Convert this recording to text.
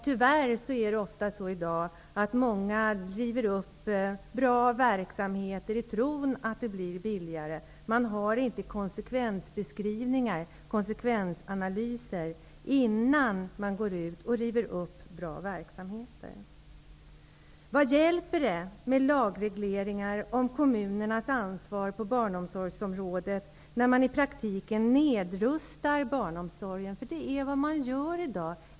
Tyvärr är det ofta så i dag att många drar i gång bra verksamheter i tron att det blir billigare. Man har inte gjort konsekvensbeskrivningar eller konsekvensanalyser, innan man river upp i och för sig bra verksamheter. Vad hjälper det med lagregleringar om kommunernas ansvar på barnomsorgsområdet om man i praktiken nedrustar barnomsorgen? Det är ju vad man gör i dag.